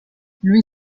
lui